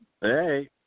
Hey